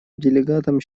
делегатам